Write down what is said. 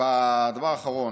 בדבר האחרון,